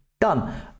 done